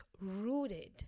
rooted